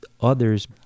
others